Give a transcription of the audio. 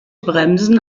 bremsen